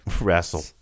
wrestle